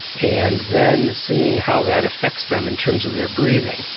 and then seeing how that affects them in terms of their breathing.